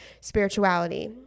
spirituality